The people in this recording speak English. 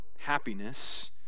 happiness